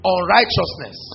Unrighteousness